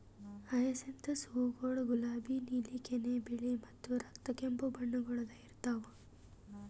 hyacinthus ಹೂವುಗೊಳ್ ಗುಲಾಬಿ, ನೀಲಿ, ಕೆನೆ, ಬಿಳಿ ಮತ್ತ ರಕ್ತ ಕೆಂಪು ಬಣ್ಣಗೊಳ್ದಾಗ್ ಇರ್ತಾವ್